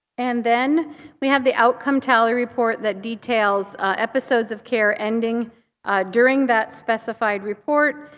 and then we have the outcome tally report that details episodes of care ending during that specified report,